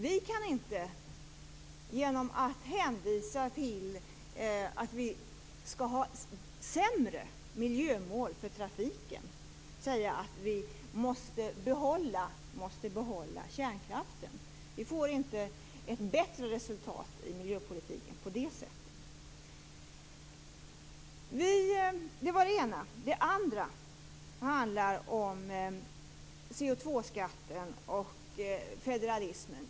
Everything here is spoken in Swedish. Vi kan inte genom att hänvisa till att vi skall ha sämre miljömål för trafiken säga att vi måste behålla kärnkraften. Vi får inte ett bättre resultat i miljöpolitiken på det sättet. Det var det ena. Det andra handlar om CO2-skatten och federalismen.